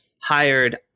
hired